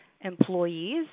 employees